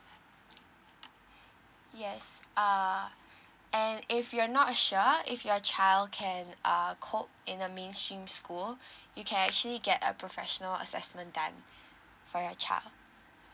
yes err and if you're not sure if your child can uh cope in the mainstream school you can actually get a professional assessment done for your child